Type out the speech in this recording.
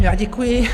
Já děkuji.